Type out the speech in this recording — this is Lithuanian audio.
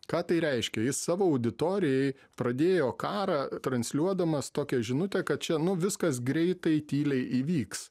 ką tai reiškia jis savo auditorijai pradėjo karą transliuodamas tokią žinutę kad čia nu viskas greitai tyliai įvyks